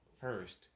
first